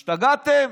השתגעתם?